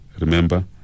remember